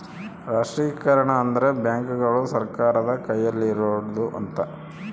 ರಾಷ್ಟ್ರೀಕರಣ ಅಂದ್ರೆ ಬ್ಯಾಂಕುಗಳು ಸರ್ಕಾರದ ಕೈಯಲ್ಲಿರೋಡು ಅಂತ